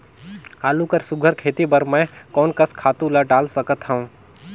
आलू कर सुघ्घर खेती बर मैं कोन कस खातु ला डाल सकत हाव?